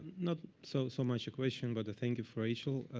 not so so much a question, but a thank you for rachel.